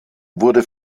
wurde